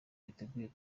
biteguye